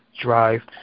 drive